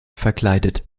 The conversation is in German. verkleidet